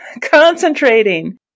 concentrating